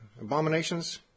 abominations